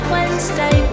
Wednesday